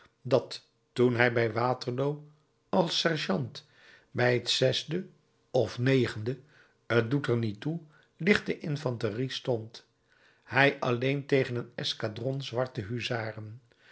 dat toen hij bij waterloo als sergeant bij t doet er niet toe lichte infanterie stond hij alleen tegen een escadron zwarte huzaren